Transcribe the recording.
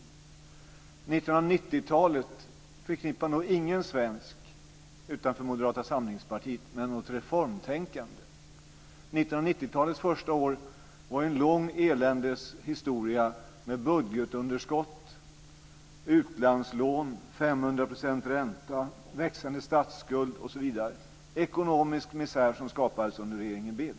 1990 talet förknippar nog ingen svensk utanför Moderata samlingspartiet med något reformtänkande. 1990 talets första år var ju en lång eländeshistoria med budgetunderskott, utlandslån, 500 % ränta, växande statsskuld osv. Det var ekonomisk misär, som skapades under regeringen Bildt.